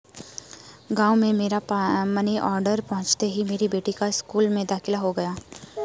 गांव में मेरा मनी ऑर्डर पहुंचते ही मेरी बेटी का स्कूल में दाखिला हो गया